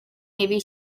navy